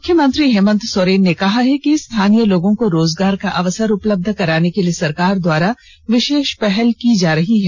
मुख्यमंत्री हेमंत सोरेन ने कहा है कि स्थानीय लोगों को रोजगार का अवसर उपलब्ध कराने के लिए सरकार द्वारा विषेष पहल की जा रही है